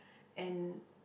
and